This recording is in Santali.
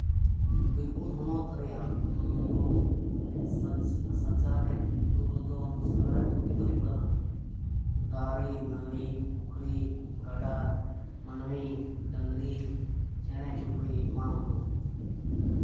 ᱵᱤᱨᱵᱷᱩᱢ ᱦᱚᱱᱚᱛ ᱨᱮᱭᱟᱜ ᱢᱩᱬᱩᱫ ᱥᱟᱪᱟᱨᱦᱮᱫ ᱫᱩᱨᱤᱵ ᱫᱚ ᱦᱳᱭᱳᱜ ᱠᱟᱱᱟ ᱫᱟᱨᱮ ᱱᱟᱲᱤ ᱯᱩᱠᱷᱨᱤ ᱜᱟᱰᱟ ᱢᱟᱹᱱᱢᱤ ᱰᱟᱝᱨᱤ ᱪᱮᱬᱮ ᱪᱩᱯᱲᱤ ᱮᱢᱟᱱ ᱠᱚ